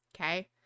Okay